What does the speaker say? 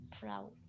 proud